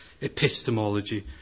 epistemology